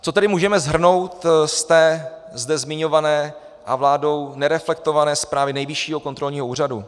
Co tedy můžeme shrnout z té zde zmiňované a vládou nereflektované zprávy Nejvyššího kontrolního úřadu?